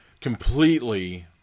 completely